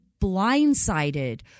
blindsided